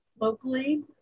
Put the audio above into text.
locally